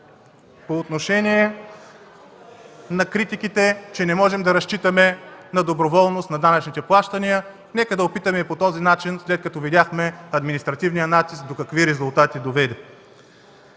По отношение на критиките, че не можем да разчитаме на доброволност на данъчните плащания. Нека да опитаме и по този начин, след като видяхме административният натиск до какви резултати доведе.